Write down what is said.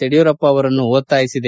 ಯಡಿಯೂರಪ್ಪ ಅವರನ್ನು ಒತ್ತಾಯಿಸಿದೆ